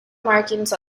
markings